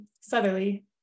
Southerly